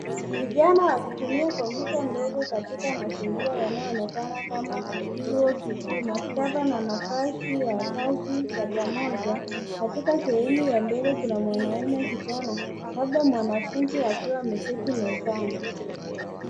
Vijana wakitumia kompyuta ndogo katika mazingira yanayoonekana kama chuo kikuu, maktaba na nafasi ya kasi chapa moja. Katika sehemu ya mbele kuna mwanaume kijana labda mwanafunzi akiwa ameketi mezani.